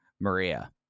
Maria